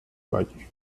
valle